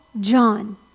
John